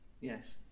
Yes